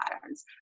patterns